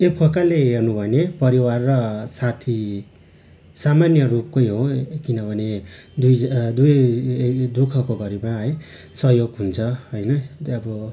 एक प्रकारले हेर्नुभने परिवार र साथी सामान्यै रूपको हो किनभने दुई दुई दुःखको घडीमा है सहयोग हुन्छ होइन त्यो अब